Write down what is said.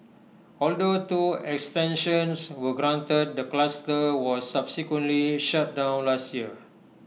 although two extensions were granted the cluster was subsequently shut down last year